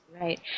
Right